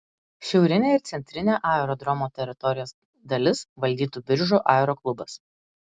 šiaurinę ir centrinę aerodromo teritorijos dalis valdytų biržų aeroklubas